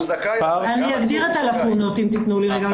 אני אגדיר את הלקונות אם תיתנו לי רגע.